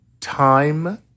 time